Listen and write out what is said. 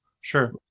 sure